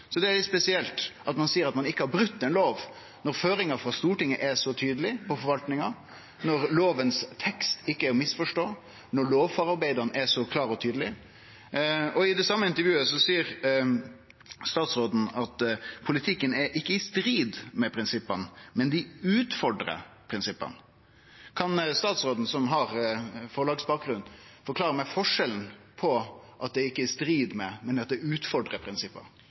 Det er litt spesielt at ein seier at ein ikkje har brote ein lov når føringa frå Stortinget er så tydeleg på forvaltninga, når lovteksten ikkje er til å misforstå, og når lovforarbeida er så klare og tydelege. I det same intervjuet seier statsråden at politikken ikkje er i strid med prinsippa, men at han utfordrar prinsippa. Kan statsråden, som har forlagsbakgrunn, forklare meg forskjellen på at det «ikkje er i strid med» og at det